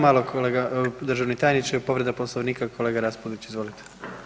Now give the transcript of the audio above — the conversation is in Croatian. Samo malo, kolega državni tajniče, povreda Poslovnika, kolega Raspudić, izvolite.